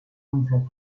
unsere